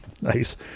Nice